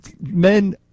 men